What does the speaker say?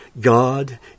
God